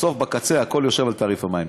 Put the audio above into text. בסוף, בקצה, הכול יושב על תעריף המים.